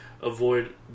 ...avoid